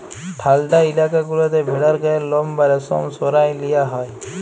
ঠাল্ডা ইলাকা গুলাতে ভেড়ার গায়ের লম বা রেশম সরাঁয় লিয়া হ্যয়